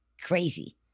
crazy